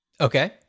Okay